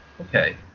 Okay